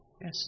Yes